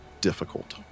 difficult